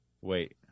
Wait